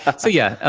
ah yeah,